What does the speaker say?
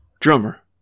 Drummer